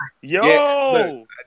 Yo